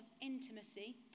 intimacy